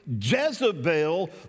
Jezebel